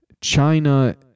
China